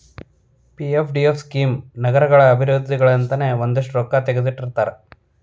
PFDF scheme ನಗರಗಳ ಅಭಿವೃದ್ಧಿಗಂತನೇ ಒಂದಷ್ಟ್ ರೊಕ್ಕಾ ತೆಗದಿಟ್ಟಿರ್ತಾರ